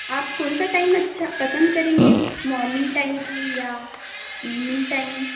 आप कौन सा टाइम अच्छा पसंद करेंगे मॉर्निंग टाइम या इवनिंग टाइम